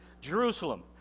Jerusalem